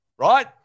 right